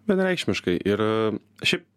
vienareikšmiškai ir šiaip